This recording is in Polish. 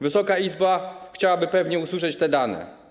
Wysoka Izba chciałaby zapewne usłyszeć te dane.